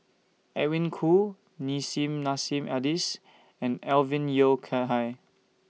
Edwin Koo Nissim Nassim Adis and Alvin Yeo Khirn Hai